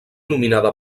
nominada